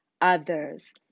others